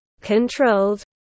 controlled